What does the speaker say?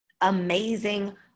amazing